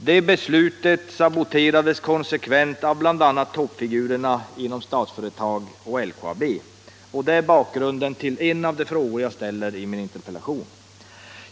Det beslutet saboterades konsekvent av bl.a. toppfigurerna inom Statsföretag och LKAB. Och det är bakgrunden till en av de frågor jag ställt i min interpellation.